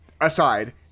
Aside